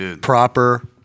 proper